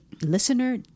listener